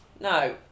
no